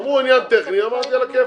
אמרו עניין טכני, אמרתי על הכיפק.